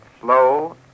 slow